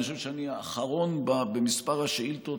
אני חושב שאני האחרון במספר השאילתות